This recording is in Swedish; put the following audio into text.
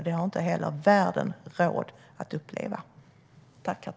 Världen har inte heller råd att uppleva det.